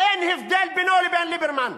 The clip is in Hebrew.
אין הבדל בינו לבין ליברמן.